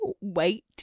wait